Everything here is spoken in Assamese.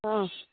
অঁ